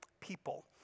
people